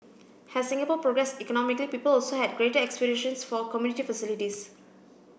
as Singapore progressed economically people also had greater aspirations for community facilities